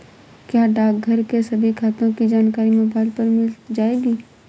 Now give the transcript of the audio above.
क्या डाकघर के सभी खातों की जानकारी मोबाइल पर मिल जाएगी?